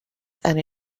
and